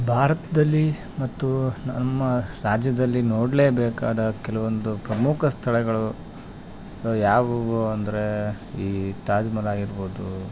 ಭಾರತದಲ್ಲಿ ಮತ್ತು ನಮ್ಮ ರಾಜ್ಯದಲ್ಲಿ ನೊಡ್ಲೇಬೇಕಾದ ಕೆಲವೊಂದು ಪ್ರಮುಕ ಸ್ಥಳಗಳು ಯಾವುವು ಅಂದ್ರೆ ಈ ತಾಜ್ಮಹಲ್ ಆಗಿರ್ಬೌದು